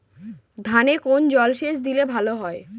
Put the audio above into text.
ধানে কোন জলসেচ দিলে ভাল হয়?